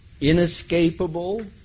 inescapable